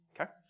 Okay